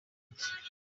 nshya